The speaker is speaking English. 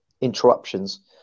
interruptions